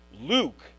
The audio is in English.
Luke